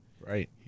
Right